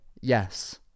yes